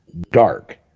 dark